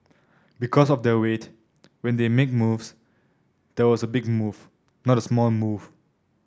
because of their weight when they make moves there was a big move not a small move